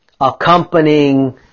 accompanying